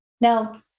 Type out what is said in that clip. Now